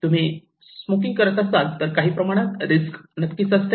तुम्ही स्मोकिंग करत असाल तर काही प्रमाणात रिस्क नक्कीच असते